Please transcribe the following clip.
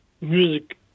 music